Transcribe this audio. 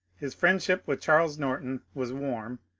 his friendship with charles norton was warm,